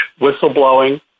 whistleblowing